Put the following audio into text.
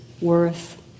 worth